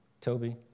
Toby